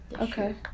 okay